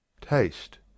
Taste